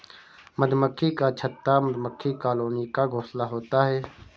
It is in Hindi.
मधुमक्खी का छत्ता मधुमक्खी कॉलोनी का घोंसला होता है